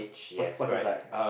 what's what's inside